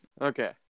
okay